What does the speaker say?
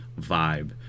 vibe